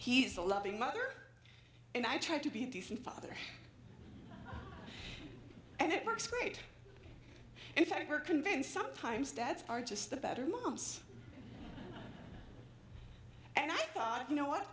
he's a loving mother and i tried to be a decent father and it works great if you're convinced sometimes dads are just the better moms and i thought you know what